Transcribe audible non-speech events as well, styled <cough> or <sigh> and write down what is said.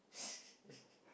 <laughs>